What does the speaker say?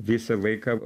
visą laiką